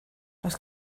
oes